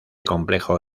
complejo